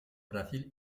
brasil